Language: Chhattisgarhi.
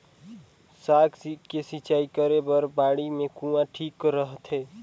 साग के सिंचाई करे बर बाड़ी मे कुआँ ठीक रहथे?